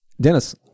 Dennis